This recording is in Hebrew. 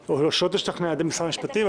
או לא תשתכנע על ידי משרד המשפטים.